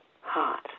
heart